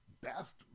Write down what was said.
best